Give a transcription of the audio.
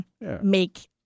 make